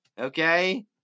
okay